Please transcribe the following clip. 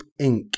Inc